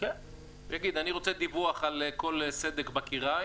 יגיד, אני רוצה דיווח על כל סדק בכיריים